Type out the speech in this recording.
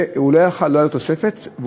ולא הייתה לו תוספת,